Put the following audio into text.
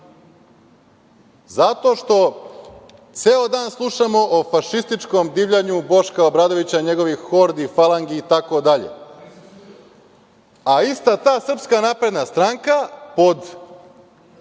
zato što ceo dan slušamo o fašističkom divljanju Boška Obradovića, njegovih hordi, falangi, itd., a ista ta Srpska napredna stranka, pod